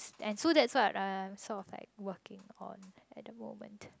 and so that what I'm sort of like working on at the moment